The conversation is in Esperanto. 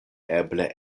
eble